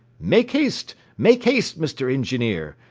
make haste, make haste, mr. engineer!